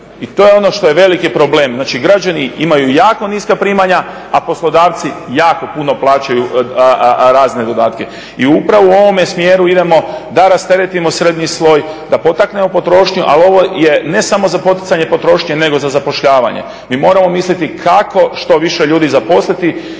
i to je ono što je veliki problem. Znači građani imaju jako niska primanja, a poslodavci jako puno plaćaju razne dodatke. I upravo u ovome smjeru idemo da rasteretimo srednji sloj, da potaknemo potrošnju. Ali ovo je ne samo za poticanje potrošnje, nego za zapošljavanje. Mi moramo misliti kako što više ljudi zaposliti